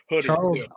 Charles